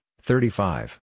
thirty-five